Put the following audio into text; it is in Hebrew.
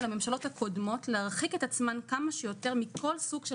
הממשלות הקודמות להרחיק את עצמן כמה שיותר מכל סוג של